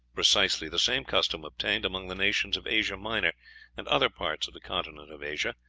precisely the same custom obtained among the nations of asia minor and other parts of the continent of asia,